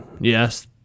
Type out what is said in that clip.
Yes